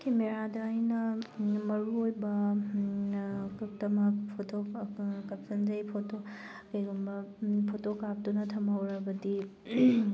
ꯀꯦꯃꯦꯔꯥꯗ ꯑꯩꯅ ꯃꯔꯨ ꯑꯣꯏꯕ ꯈꯛꯇꯃꯛ ꯐꯣꯇꯣ ꯀꯥꯞꯁꯟꯖꯩ ꯐꯣꯇꯣ ꯀꯩꯒꯨꯝꯕ ꯐꯣꯇꯣ ꯀꯥꯞꯇꯨꯅ ꯊꯝꯍꯧꯔꯕꯗꯤ